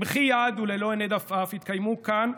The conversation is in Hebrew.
במחי יד ובלא הינד עפעף התקיימו כאן,